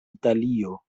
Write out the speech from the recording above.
italio